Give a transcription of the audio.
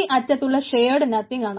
ഈ അറ്റത്തുള്ളത് shared nothing